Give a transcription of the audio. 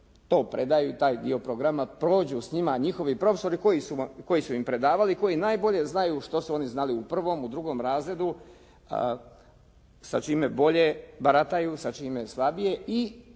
to predaju taj dio programa, prođu s njima njihovi profesori koji su im predavali i koji najbolje znaju što su oni znali u prvom, u drugom razredu, sa čime bolje barataju, sa čime slabije i